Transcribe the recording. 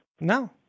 No